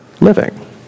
living